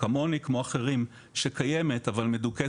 כמוני וכמו אחרים שקיימת אבל מדוכאת